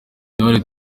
intore